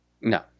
No